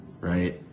right